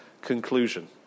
conclusion